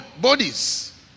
bodies